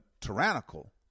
tyrannical